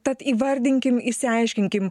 tad įvardinkim išsiaiškinkim